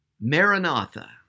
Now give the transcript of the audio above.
Maranatha